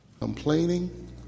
complaining